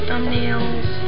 Thumbnails